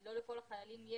לא לכל החיילים.